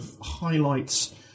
highlights